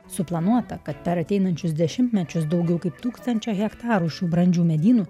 suplanuota kad per ateinančius dešimtmečius daugiau kaip tūkstančio hektarų šių brandžių medynų